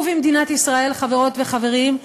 ובמדינת ישראל, חברות וחברים,